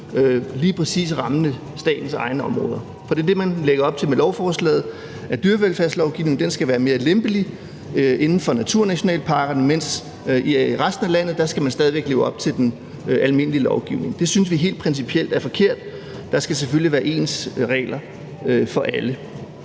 lige præcis rammende statens egne områder, for det er det, man lægger op til med lovforslaget: at dyrevelfærdslovgivningen skal være mere lempelig inden for naturnationalparkerne, mens man i resten af landet stadig væk skal leve op til den almindelige lovgivning. Det synes vi helt principielt er forkert. Der skal selvfølgelig være ens regler for alle.